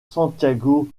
santiago